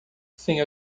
sem